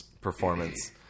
performance